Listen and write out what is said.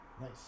Nice